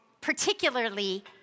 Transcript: particularly